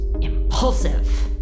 impulsive